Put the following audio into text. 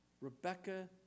Rebecca